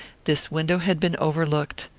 this window had been overlooked.